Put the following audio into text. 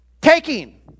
taking